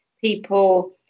People